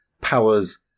powers